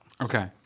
Okay